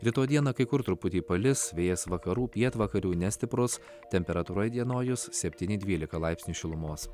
rytoj dieną kai kur truputį palis vėjas vakarų pietvakarių nestiprus temperatūra įdienojus septyni dvylika laipsnių šilumos